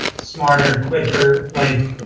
smarter, quicker. like,